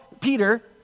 Peter